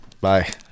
Bye